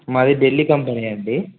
మాది Dell company అండి